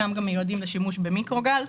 חלקם גם מיועדים לשימוש במיקרוגל.